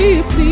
please